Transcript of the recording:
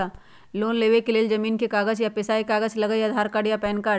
Loan लेवेके लेल जमीन के कागज या पेशा के कागज लगहई या आधार कार्ड या पेन कार्ड?